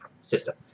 system